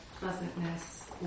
pleasantness